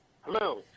Hello